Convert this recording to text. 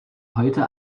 heute